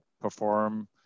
perform